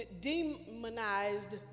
demonized